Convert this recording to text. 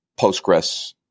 Postgres